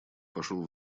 пошел